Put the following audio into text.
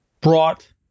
brought